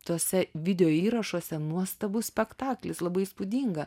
tose videoįrašuose nuostabus spektaklis labai įspūdinga